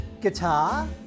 guitar